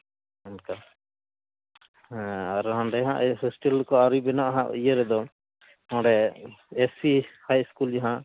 ᱚᱱᱠᱟ ᱦᱮᱸ ᱟᱨ ᱦᱟᱸᱰᱮ ᱦᱟᱸᱜ ᱦᱳᱥᱴᱮᱞ ᱠᱚ ᱟᱹᱣᱨᱤ ᱵᱮᱱᱟᱜᱼᱟ ᱤᱭᱟᱹᱨᱮᱫᱚ ᱮᱥ ᱥᱤ ᱦᱟᱭ ᱤᱥᱠᱩᱞ ᱡᱟᱦᱟᱸ